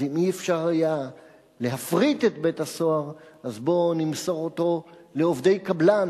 אז אם לא היה אפשר להפריט את בית-הסוהר אז בואו נמסור אותו לעובדי קבלן.